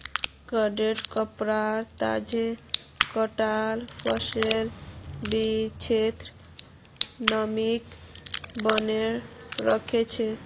गांठेंर कपडा तजा कटाल फसलेर भित्रीर नमीक बनयें रखे छै